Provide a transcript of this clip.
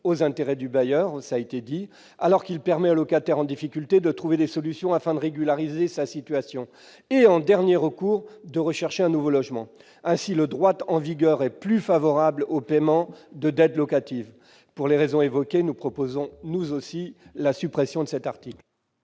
aux intérêts du bailleur, permet au locataire en difficulté de trouver des solutions afin de régulariser sa situation et, en dernier recours, de rechercher un nouveau logement. Ainsi, le droit en vigueur est plus favorable au paiement de dettes locatives. Pour ces raisons, nous proposons également la suppression de cet article.